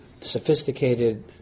sophisticated